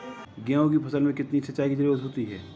गेहूँ की फसल में कितनी सिंचाई की जरूरत होती है?